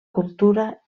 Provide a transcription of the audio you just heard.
cultura